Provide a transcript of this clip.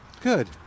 Good